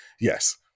yes